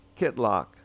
Kitlock